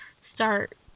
start